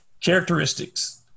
characteristics